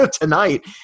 tonight